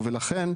ולכן,